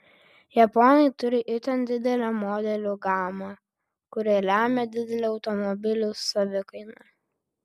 japonai turi itin didelę modelių gamą kuri lemią didelę automobilių savikainą